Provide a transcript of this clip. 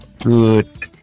Good